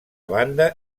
banda